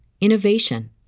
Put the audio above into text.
innovation